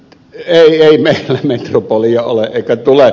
ei meillä metropolia ole eikä tule